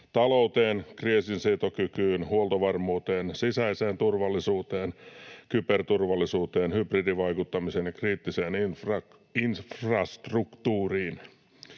talouteen, kriisinsietokykyyn, huoltovarmuuteen, sisäiseen turvallisuuteen, kyberturvallisuuteen, hybridivaikuttamiseen ja kriittiseen infrastruktuuriin.